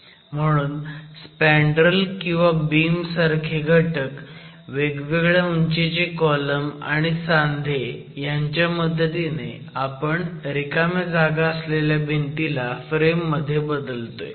म्हणून स्पँडरेल किंवा बीम सारखे घटक वेगवेगळ्या उंचीचे कॉलम आणि सांधे ह्यांच्या मदतीने आपण रिकाम्या जागा असलेल्या भिंतीला फ्रेम मध्ये बदलतोय